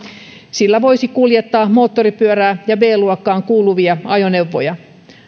sillä voisi kuljettaa moottoripyörää ja b luokkaan kuuluvia ajoneuvoja